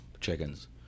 chickens